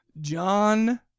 John